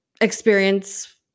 experience